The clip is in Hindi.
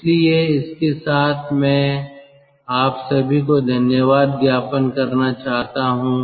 इसलिए इसके साथ मैं आप सभी को धन्यवाद ज्ञापन करना चाहता हूं